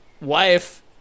wife